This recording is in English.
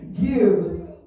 give